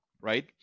right